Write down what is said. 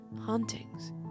hauntings